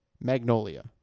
Magnolia